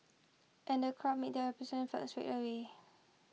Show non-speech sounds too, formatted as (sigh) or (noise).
and the crowd made (unintelligible) felt straight away